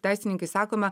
teisininkai sakome